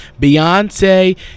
Beyonce